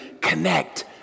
connect